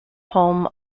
home